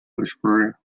whisperer